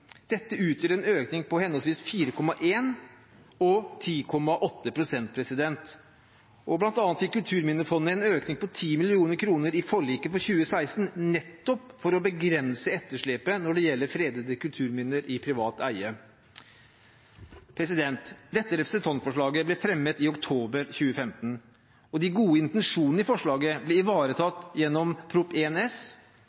Dette utgjør en økning på henholdsvis 4,1 og 10,8 pst. Blant annet fikk Kulturminnefondet en økning på 10 mill. kr i forliket for 2016, nettopp for å begrense etterslepet når det gjelder fredede kulturminner i privat eie. Dette representantforslaget ble fremmet i oktober 2015, og de gode intensjonene i forslaget ble